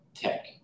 tech